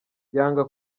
yanga